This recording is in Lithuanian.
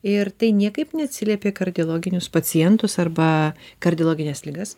ir tai niekaip neatsiliepė į kardiologinius pacientus arba kardiologines ligas